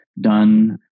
done